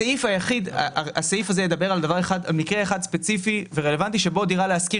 הסעיף הזה ידבר על מקרה אחד ספציפי ורלוונטי בו דירה להשכיר